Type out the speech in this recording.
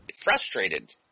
frustrated